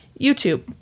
YouTube